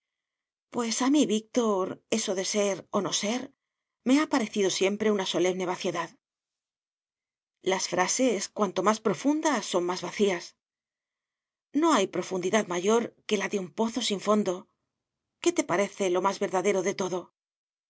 pues a mí víctor eso de ser o no ser me ha parecido siempre una solemne vaciedad las frases cuanto más profundas son más vacías no hay profundidad mayor que la de un pozo sin fondo qué te parece lo más verdadero de todo